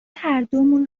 هردومون